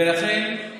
ולכן,